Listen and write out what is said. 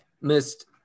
missed